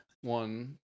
one